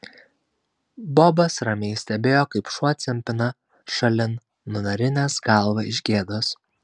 bobas ramiai stebėjo kaip šuo cimpina šalin nunarinęs galvą iš gėdos